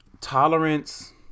Tolerance